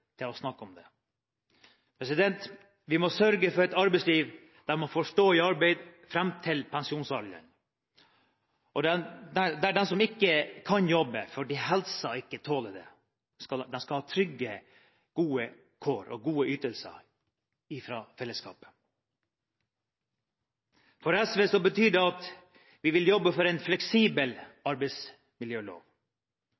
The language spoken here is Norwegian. til å snakke om det. Vi må sørge for et arbeidsliv der man får stå i arbeid fram til pensjonsalder, og der den som ikke kan jobbe fordi helsa ikke tåler det, skal ha trygge, gode kår og gode ytelser fra fellesskapet. For SV betyr det at vi vil jobbe for en fleksibel